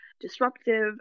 disruptive